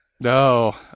No